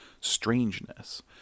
strangeness